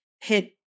hit